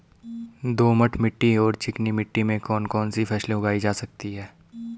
दोमट मिट्टी और चिकनी मिट्टी में कौन कौन सी फसलें उगाई जा सकती हैं?